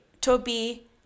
Toby